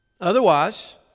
Otherwise